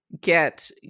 get